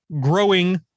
growing